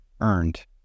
earned